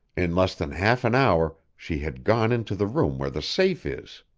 in less than half an hour she had gone into the room where the safe is.